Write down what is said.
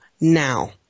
now